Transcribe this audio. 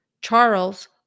Charles